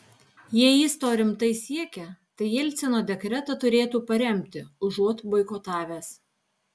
jei jis to rimtai siekia tai jelcino dekretą turėtų paremti užuot boikotavęs